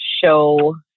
show